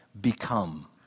Become